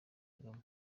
kagame